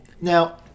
Now